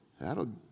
That'll